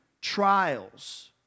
trials